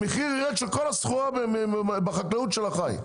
המחיר יירד של כל הסחורה בחקלאות של החי.